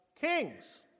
kings